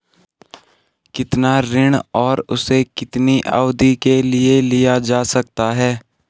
कितना ऋण और उसे कितनी अवधि के लिए लिया जा सकता है?